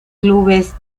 clubes